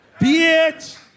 bitch